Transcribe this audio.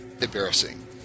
embarrassing